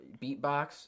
Beatbox